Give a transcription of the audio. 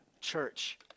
Church